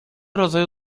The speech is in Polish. rodzaju